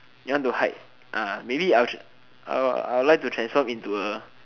you want to hide ah maybe I'll tr~ I'll I'll like to transform into a